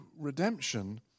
redemption